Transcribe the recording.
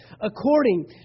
according